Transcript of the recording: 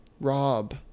Rob